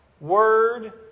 word